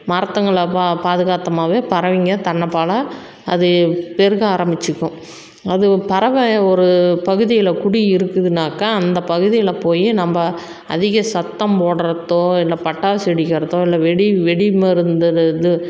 மரத்துங்களை பா பாதுகாத்தம்னாவே பறவைங்க தன்ன போல் அது பெருக ஆரம்மிச்சிக்கும் அது ஒரு பறவை ஒரு பகுதியில் குடி இருக்குதுன்னாக்கா அந்தப் பகுதியில் போய் நம்ம அதிக சத்தம் போட்றதோ இல்லை பட்டாசு வெடிக்கறதோ இல்லை வெடி வெடி மருந்து அந்த இது